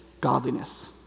godliness